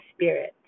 spirit